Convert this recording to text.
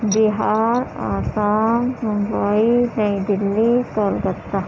Bihar Assam Mumbai New Delhi Kolkata